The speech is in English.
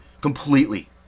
completely